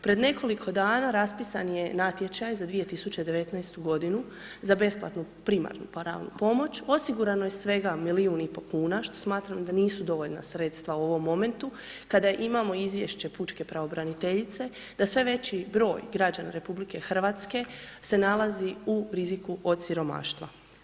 Pred nekoliko dana raspisan je natječaj za 2019. godinu za besplatnu primarnu pravnu pomoć, osigurano je svega milijun i pol kuna što smatram da nisu dovoljna sredstva u ovom momentu, kada imamo izvješće pučke pravobraniteljice da sve veći broj građana RH se nalazi u riziku od siromaštva.